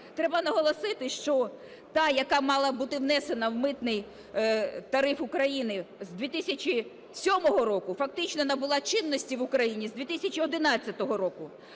Треба наголосити, що та, яка мала бути внесена в Митний тариф України з 2007 року, фактично набула чинності в Україні з 2011 року,